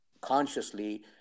consciously